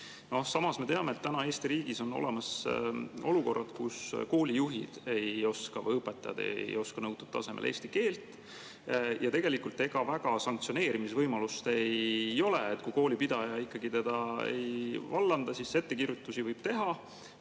Samas me teame, et Eesti riigis on olemas olukorrad, kus koolijuhid ei oska või õpetajad ei oska nõutud tasemel eesti keelt. Ja tegelikult ega väga sanktsioonide võimalust ei ole. Kui koolipidaja ikkagi õpetajat ei vallanda, siis ettekirjutusi võib teha,